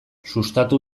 sustatu